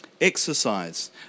exercise